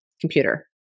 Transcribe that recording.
computer